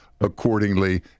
accordingly